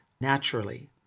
naturally